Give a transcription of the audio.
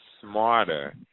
smarter